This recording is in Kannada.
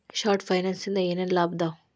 ಶಾರ್ಟ್ ಫೈನಾನ್ಸಿನಿಂದ ಏನೇನ್ ಲಾಭದಾವಾ